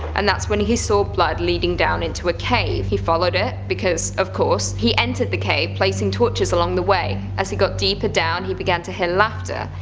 and thats when he saw blood leading down into a cave. he followed it, because, of course. he entered the cave, placing torches along the way, as he got deeper down he began to hear laughter,